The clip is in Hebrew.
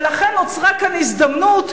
ולכן נוצרה כאן הזדמנות,